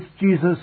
Jesus